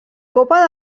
copa